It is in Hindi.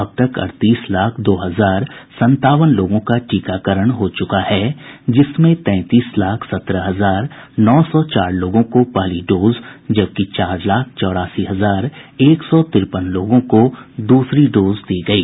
अब तक अड़तीस लाख दो हजार सतावन लोगों का टीकाकरण हो चुका है जिसमें तैंतीस लाख सत्रह हजार नौ सौ चार लोगों को पहली डोज जबकि चार लाख चौरासी हजार एक सौ तिरपन लोगों को दूसरी डोज दी गयी